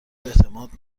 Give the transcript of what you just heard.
اعتماد